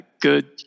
good